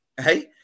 Hey